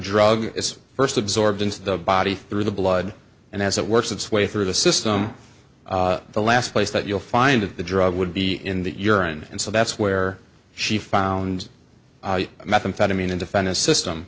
drug is first absorbed into the body through the blood and as it works its way through the system the last place that you'll find of the drug would be in the urine and so that's where she found methamphetamine and defend his system